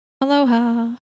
aloha